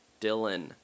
Dylan